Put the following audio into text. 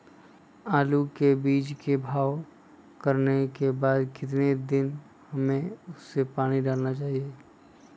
आलू के बीज के भाव करने के बाद कितने दिन बाद हमें उसने पानी डाला चाहिए?